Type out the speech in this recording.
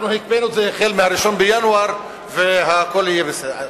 אנחנו הקפאנו את זה מ-1 בינואר, והכול יהיה בסדר.